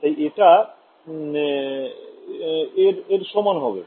তাই এটা এর সমান হবে